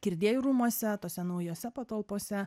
kirdiejų rūmuose tose naujose patalpose